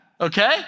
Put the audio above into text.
Okay